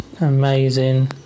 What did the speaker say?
amazing